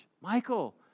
Michael